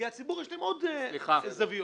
יושבים מעוד זוויות.